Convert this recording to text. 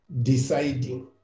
deciding